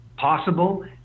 Possible